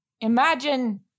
imagine